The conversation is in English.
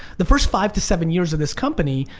the first five to seven years of this company,